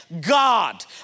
God